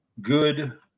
good